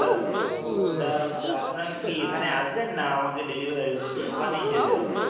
তা তা আপনারা কি এখানে আসবেন না আমাকে ডেলিভা ওখানেই যেতে হবে